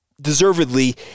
deservedly